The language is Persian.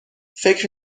فکر